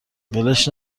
ولش